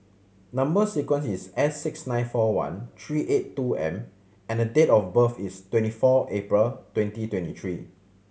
number sequence is S six nine four one three eight two M and date of birth is twenty four April twenty twenty three